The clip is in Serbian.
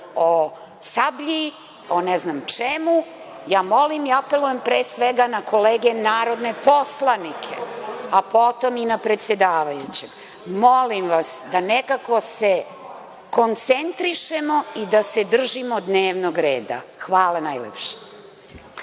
o „Sablji“, o ne znam čemu. Ja molim i apelujem, pre svega, na kolege narodne poslanike, a potom i na predsedavajućeg, da nekako se koncentrišemo i da se držimo dnevnog reda. Hvala najlepše.